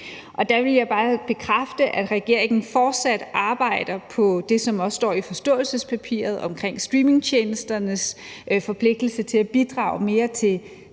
Og der vil jeg bare bekræfte, at regeringen fortsat arbejder på det, som også står i forståelsespapiret om streamingtjenesternes forpligtelse til at bidrage mere til